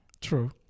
True